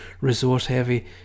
resource-heavy